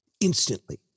instantly